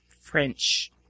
french